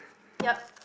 yup